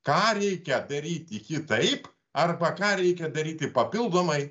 ką reikia daryti kitaip arba ką reikia daryti papildomai